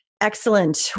Excellent